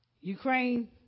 Ukraine